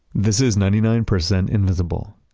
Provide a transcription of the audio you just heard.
this is ninety nine percent invisible.